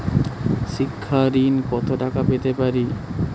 শিক্ষা ঋণ কত টাকা পেতে পারি?